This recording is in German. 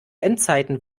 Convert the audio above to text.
endzeiten